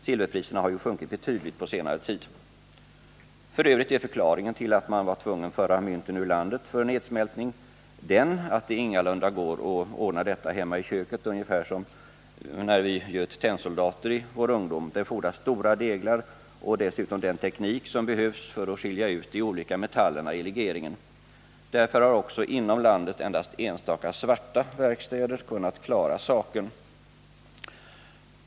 Silverpriserna har ju sjunkit betydligt på senare tid. F. ö. är förklaringen till att man var tvungen att föra mynten ut ur landet för nedsmältning den att det ingalunda går att ordna hemma i köket ungefär som när vi göt tennsoldater i vår ungdom. Det fordras stora deglar och dessutom en speciell teknik för att skilja ut de olika metallerna i legeringen. Därför har också inom landet endast enstaka ”svarta” verkstäder kunnat klara saken.